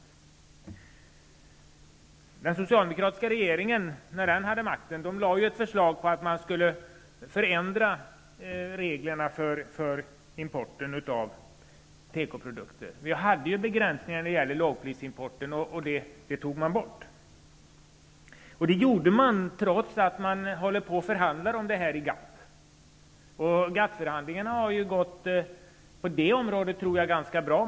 När den socialdemokratiska regeringen hade makten lade man fram ett förslag om att reglerna för importen av tekoprodukter skulle förändras. Vi hade begränsningar av lågprisimporten, och dem tog man bort. Det gjorde man trots att förhandlingar om detta pågick i GATT. GATT-förhandlingarna har på det området gått ganska bra.